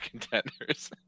contenders